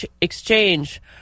Exchange